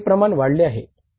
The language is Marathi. ते प्रमाण वाढले आहे का